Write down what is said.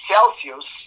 Celsius